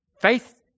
Faith